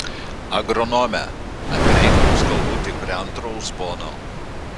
agronome apie reikalus kalbu tik prie antro uzbono